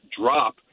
drop